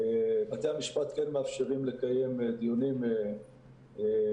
בתי המשפט כן מאפשרים לקיים דיונים פרטניים